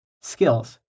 skills